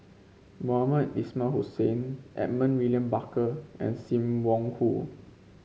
Mohamed Ismail Hussain Edmund William Barker and Sim Wong Hoo